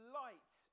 light